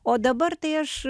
o dabar tai aš